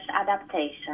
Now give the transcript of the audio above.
adaptation